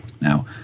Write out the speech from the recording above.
Now